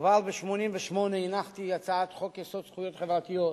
כבר ב-1988 הנחתי הצעת חוק-יסוד: זכויות חברתיות.